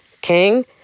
King